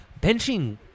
benching